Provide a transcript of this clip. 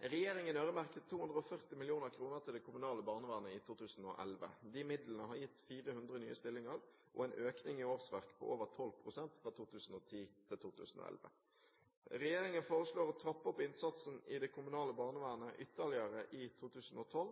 Regjeringen øremerket 240 mill. kr til det kommunale barnevernet i 2011. Midlene har gitt 400 nye stillinger og en økning i antall årsverk på over 12 pst. fra 2010 til 2011. Regjeringen foreslår å trappe opp innsatsen i det kommunale barnevernet ytterligere i 2012.